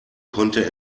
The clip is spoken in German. konnte